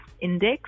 index